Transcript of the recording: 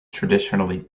traditionally